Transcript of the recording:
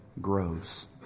grows